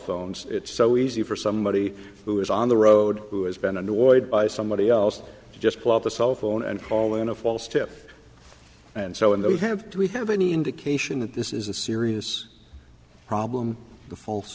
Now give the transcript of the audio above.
phones it's so easy for somebody who is on the road who has been annoyed by somebody else just plop the cell phone and call in a false tip and so in those have we have any indication that this is a serious problem the false